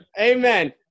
Amen